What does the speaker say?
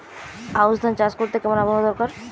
আউশ ধান চাষ করতে কেমন আবহাওয়া দরকার?